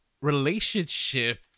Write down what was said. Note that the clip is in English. relationship